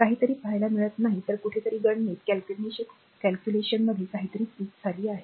काहीतरी पहायला मिळत नाही तर कुठेतरी गणनेत काहीतरी चूक झाली आहे